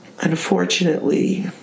Unfortunately